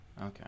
Okay